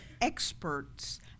experts